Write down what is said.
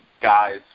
guys